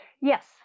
Yes